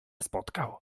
spotkał